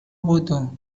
بدو